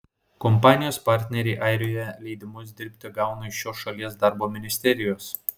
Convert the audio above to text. kompanijos partneriai airijoje leidimus dirbti gauna iš šios šalies darbo ministerijos